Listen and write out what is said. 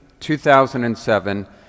2007